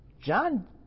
John